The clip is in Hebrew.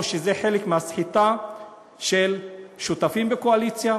או שזה חלק מהסחיטה של שותפים בקואליציה,